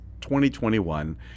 2021